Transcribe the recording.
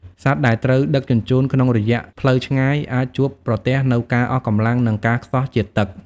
សត្វដែលត្រូវដឹកជញ្ជូនក្នុងរយៈផ្លូវឆ្ងាយអាចជួបប្រទះនូវការអស់កម្លាំង និងការខ្សោះជាតិទឹក។